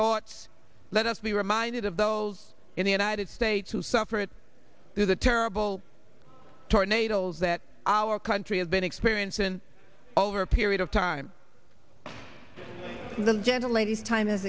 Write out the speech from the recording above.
thoughts let us be reminded of those in the united states who suffered through the terrible tornadoes that our country has been experiencing over a period of time than general ladies time has